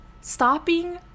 stopping